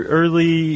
early